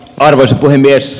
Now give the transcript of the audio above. arvoisa puhemies